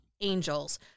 angels